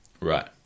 Right